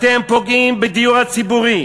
אתם פוגעים בדיור הציבורי,